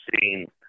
seen